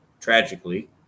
tragically